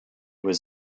was